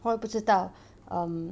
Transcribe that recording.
我也不知道 um